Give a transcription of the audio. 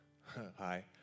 Hi